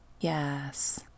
Yes